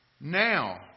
Now